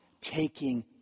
taking